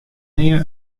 nea